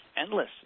endless